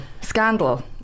Scandal